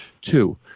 Two